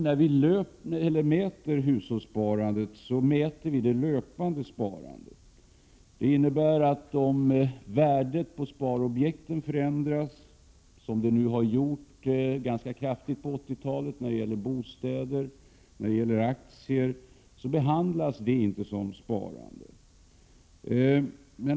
När vi mäter hushållssparandet, mäter vi det löpande sparandet. Det innebär att om värdet på sparobjekten förändras — som det nu har gjort ganska kraftigt under 80-talet i fråga om bostäder och aktier —, så räknas inte detta som sparande.